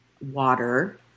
water